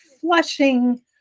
flushing